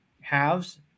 halves